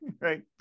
right